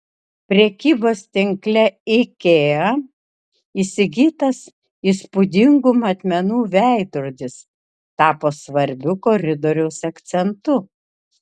prekybos tinkle ikea įsigytas įspūdingų matmenų veidrodis tapo svarbiu koridoriaus akcentu